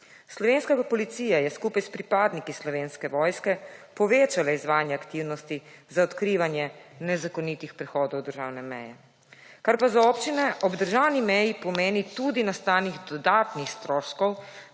Slovenska policija je skupaj s pripadniki Slovenske vojske povečala izvajanje aktivnosti za odkrivanje nezakonitih prehodov državne veje, kar pa za občine ob državni meji pomeni tudi nastalih dodatnih stroškov,